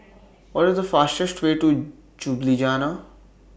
What IS The fastest Way to Ljubljana